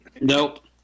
Nope